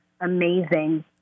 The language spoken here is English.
amazing